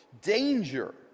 danger